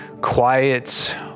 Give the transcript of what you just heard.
quiet